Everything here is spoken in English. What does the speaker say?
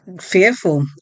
fearful